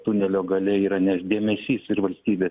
tunelio gale yra nes dėmesys ir valstybės